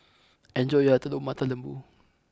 enjoy your Telur Mata Lembu